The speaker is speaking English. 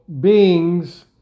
beings